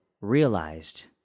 realized